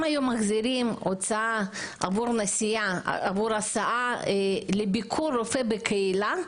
אם היו מחזירים על הוצאה בגין נסיעה או הסעה לביקור רופא בקהילה,